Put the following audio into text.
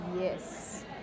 Yes